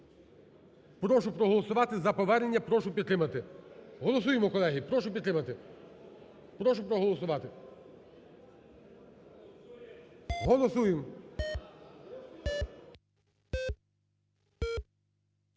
Прошу проголосувати за повернення, прошу підтримати. Голосуємо, колеги, прошу підтримати, прошу проголосувати. Голосуємо.